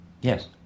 Yes